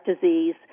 disease